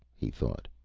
he thought.